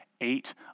eight